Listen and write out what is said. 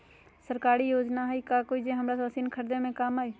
सरकारी योजना हई का कोइ जे से हमरा मशीन खरीदे में काम आई?